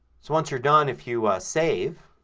so once you're done if you save